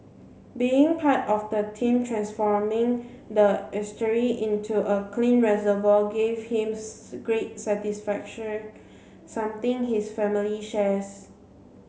being part of the team transforming the estuary into a clean reservoir gave him great satisfaction something his family shares